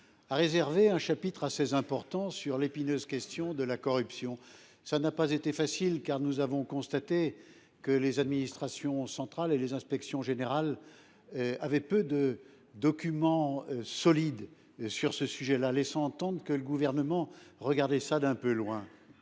a consacré un chapitre assez important à l’épineuse question de la corruption. Les choses n’ont pas été faciles, car nous avons constaté que les administrations centrales et les inspections générales avaient peu de documents solides sur ce sujet, laissant entendre que le Gouvernement regardait cela d’un peu loin.